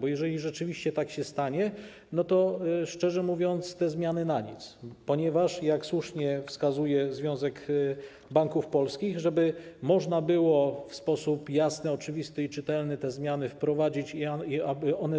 Bo jeżeli rzeczywiście tak się stanie, to - szczerze mówiąc - te zmiany na nic, ponieważ, jak słusznie wskazuje Związek Banków Polskich, żeby można było w sposób jasny, oczywisty i czytelny je wprowadzić i aby one